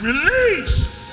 Released